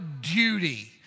duty